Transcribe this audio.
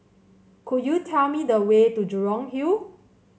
could you tell me the way to Jurong Hill